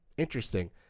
interesting